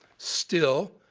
still,